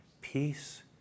peace